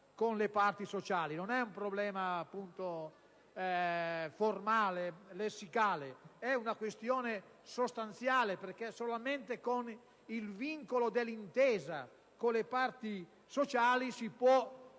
con le parti sociali. Non è un problema formale o lessicale, ma è una questione sostanziale, perché solamente con il vincolo dell'intesa con le parti sociali si può